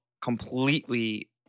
completely